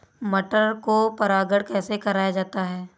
मटर को परागण कैसे कराया जाता है?